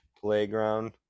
playground